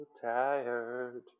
tired